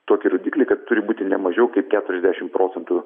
tokį rodiklį kad turi būti ne mažiau kaip keturiasdešim procentų